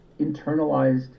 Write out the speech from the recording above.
internalized